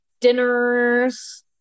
dinners